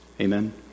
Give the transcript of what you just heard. Amen